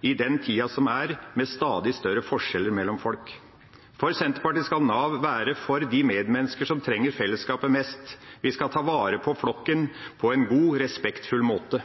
i den tida som er nå, med stadig større forskjeller mellom folk. For Senterpartiet skal Nav være for de medmenneskene som trenger fellesskapet mest. Vi skal ta vare på flokken på en god og respektfull måte.